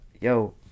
Yo